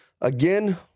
again